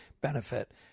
benefit